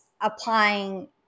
applying